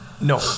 No